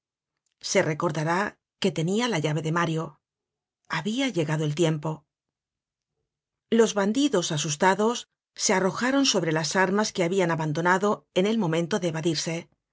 se recordará que tenia la llave de mario habia llegado tiempo los bandidos asustados se arrojaron sobre las armas que habian abandonado en el momento de evadirse